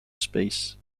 space